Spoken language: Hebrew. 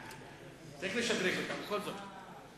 צריך לשדרג אותה, בכל זאת.